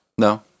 No